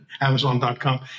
Amazon.com